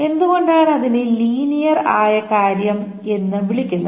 എന്തുകൊണ്ടാണ് അതിനെ ലീനിയർ ആയ കാര്യം എന്ന് വിളിക്കുന്നത്